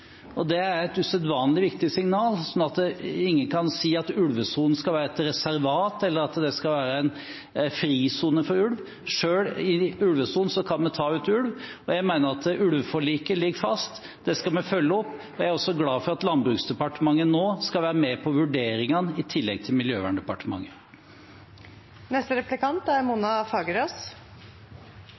ulvesonen. Det er et usedvanlig viktig signal. Ingen kan si at ulvesonen skal være et reservat, eller at det skal være en frisone for ulv, selv i ulvesonen kan vi ta ut ulv. Jeg mener at ulveforliket ligger fast. Det skal vi følge opp. Jeg er også glad for at Landbruksdepartementet nå skal være med på vurderingene, i tillegg til